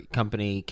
company